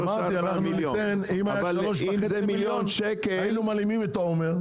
אם היה 3.5 מיליון היינו מלאימים את עומר,